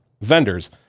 vendors